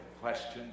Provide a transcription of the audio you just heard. questions